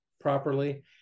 properly